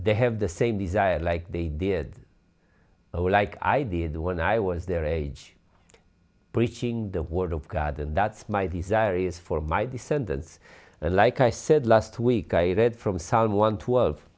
they have the same desire like they did or like i did when i was their age preaching the word of god and that my desire is for my descendants and like i said last week i read from son one twelve